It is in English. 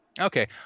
okay